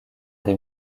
des